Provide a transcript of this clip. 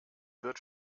wird